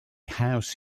house